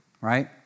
Right